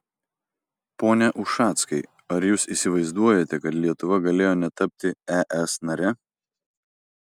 pone ušackai ar jūs įsivaizduojate kad lietuva galėjo netapti es nare